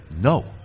no